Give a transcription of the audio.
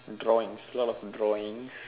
drawings lots of drawings